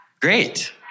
Great